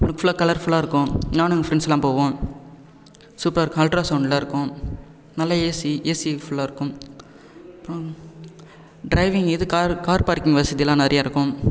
look ஃபுல்லாகலர் ஃபுல்லாருக்கும் நானும் எங்கள் ஃப்ரண்ட்ஸ்லாம் போவோம் சூப்பர் அல்ட்ரா சவுண்ட்லாருக்கும் நல்ல ஏசி ஏசி ஃபுல்லா இருக்கும் டிரைவிங் இது காரு கார் பார்க்கிங் வசதியெலாம் நிறையருக்கும்